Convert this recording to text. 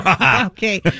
Okay